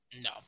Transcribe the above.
No